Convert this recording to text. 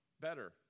better